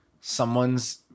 someone's